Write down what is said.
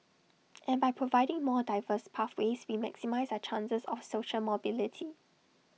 and by providing more diverse pathways we maximise our chances of social mobility